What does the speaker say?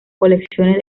colecciones